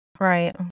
Right